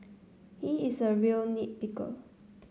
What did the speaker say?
he is a real nit picker